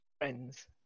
friends